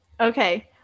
Okay